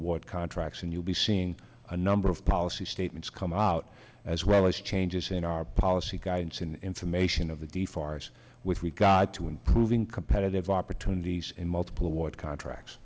award contracts and you'll be seeing a number of policy statements come out as well as changes in our policy guidance in information of the day farce with regard to improving competitive opportunities in multiple award contracts